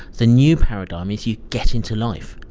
the new paradigm is you get into life,